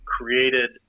created